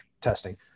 testing